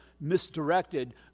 misdirected